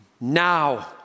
now